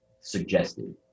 suggested